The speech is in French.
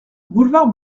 boulevard